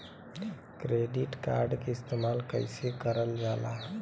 Debit card के इस्तेमाल कइसे करल जाला?